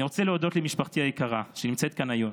אני רוצה להודות למשפחתי היקרה שנמצאת כאן היום,